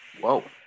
Whoa